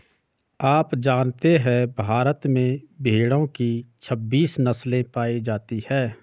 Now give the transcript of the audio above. आप जानते है भारत में भेड़ो की छब्बीस नस्ले पायी जाती है